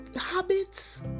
habits